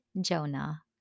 Jonah